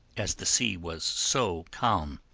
as the sea was so calm.